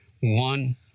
one